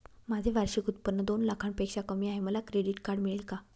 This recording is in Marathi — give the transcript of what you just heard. माझे वार्षिक उत्त्पन्न दोन लाखांपेक्षा कमी आहे, मला क्रेडिट कार्ड मिळेल का?